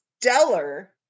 stellar